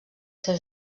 seu